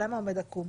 למה הוא עומד עקום?